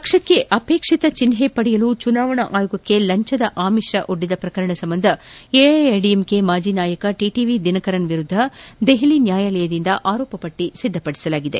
ಪಕ್ಷಕ್ಕೆ ಅಪೇಕ್ಷಿತ ಚಿನ್ಲೆ ಪಡೆಯಲು ಚುನಾವಣಾ ಆಯೋಗಕ್ಕೆ ಲಂಚದ ಆಮಿಷ ಪ್ರಕರಣ ಸಂಬಂಧ ಎಐಎಡಿಎಂಕೆ ಮಾಜಿ ನಾಯಕ ಟಿಟಿವಿ ದಿನಕರನ್ ವಿರುದ್ದ ದೆಹಲಿ ನ್ಯಾಯಾಲಯದಿಂದ ಆರೋಪಪಟ್ಟಿ ಸಿದ್ದಪಡಿಸಿದೆ